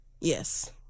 Yes